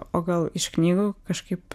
o gal iš knygų kažkaip